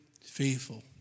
faithful